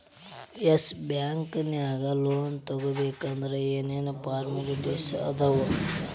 S Bank ನ್ಯಾಗ್ loan ತಗೊಬೇಕಂದ್ರ ಏನೇನ್ ಫಾರ್ಮ್ಯಾಲಿಟಿಸ್ ಅದಾವ?